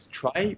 try